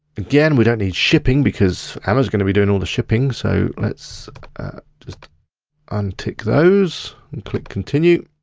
again, we don't need shipping, because amazon's gonna be doing all the shipping, so let's just untick those and click continue.